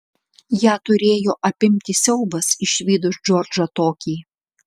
ją turėjo apimti siaubas išvydus džordžą tokį